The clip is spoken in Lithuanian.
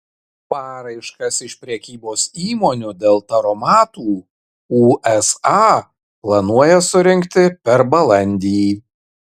paraiškas iš prekybos įmonių dėl taromatų usa planuoja surinkti per balandį